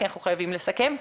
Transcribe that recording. כי אנחנו חייבים לסכם.